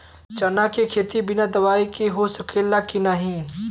चना के खेती बिना दवाई के हो सकेला की नाही?